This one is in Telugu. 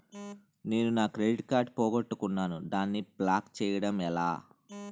నేను నా క్రెడిట్ కార్డ్ పోగొట్టుకున్నాను దానిని బ్లాక్ చేయడం ఎలా?